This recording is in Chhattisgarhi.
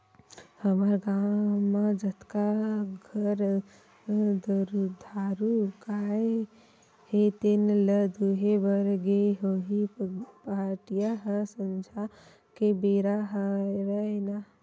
हमर गाँव म जतका घर दुधारू गाय हे तेने ल दुहे बर गे होही पहाटिया ह संझा के बेरा हरय ना